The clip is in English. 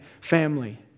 family